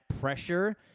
pressure